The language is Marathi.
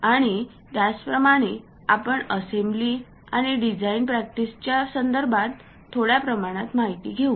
आणि याचप्रमाणे आपण असेंब्ली आणि डिझाइन प्रॅक्टिसच्या संदर्भात थोड्या प्रमाणात माहिती घेऊ